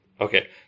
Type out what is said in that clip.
Okay